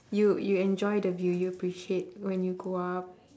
you you enjoy the view you appreciate when you go up